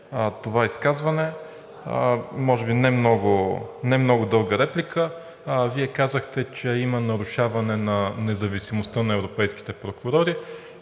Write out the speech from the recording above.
това изказване. Може би не много дълга реплика. Вие казахте, че има нарушаване на независимостта на европейските прокурори,